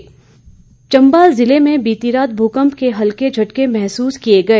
मुकंप चंबा जिले में बीती रात भूकंप के हल्के झटके महसूस किए गए